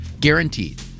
Guaranteed